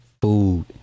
food